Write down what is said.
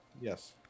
Yes